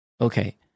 Okay